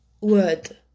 word